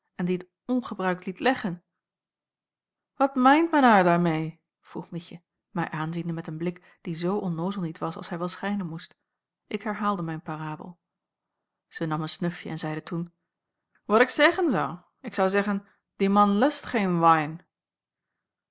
en die het ongebruikt liet leggen wat meint men haier dair meê vroeg mietje mij aanziende met een blik die zoo onnoozel niet was als hij wel schijnen moest ik herhaalde mijn parabel zij nam een snuifje en zeide toen wat ik zeggen zou ik zou zeggen die man